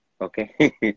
Okay